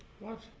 worth